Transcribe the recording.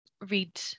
read